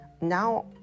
Now